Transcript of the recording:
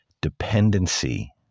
dependency